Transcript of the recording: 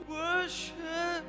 worship